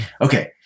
Okay